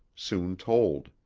soon told.